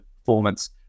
performance